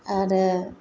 आरो